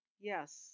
Yes